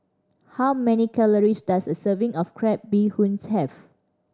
how many calories does a serving of crab bee hoon have